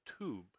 tube